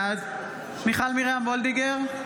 בעד מיכל מרים וולדיגר,